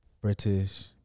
British